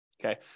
Okay